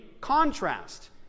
contrast